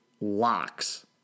locks